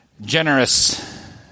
generous